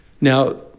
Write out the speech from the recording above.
Now